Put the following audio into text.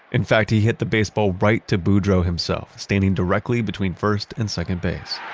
in fact, he hit the baseball right to boudreau himself, standing directly between first and second base.